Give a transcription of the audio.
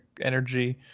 energy